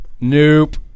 nope